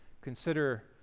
consider